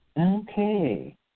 Okay